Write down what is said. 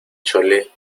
chole